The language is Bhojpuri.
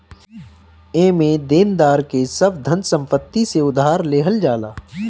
एमे देनदार के सब धन संपत्ति से उधार लेहल जाला